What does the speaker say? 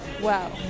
Wow